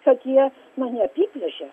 kad jie mane apiplėšė